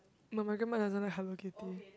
but my grandma doesn't like Hello-Kitty